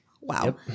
Wow